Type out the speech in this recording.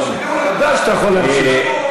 ודאי שאתה יכול להמשיך.